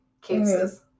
cases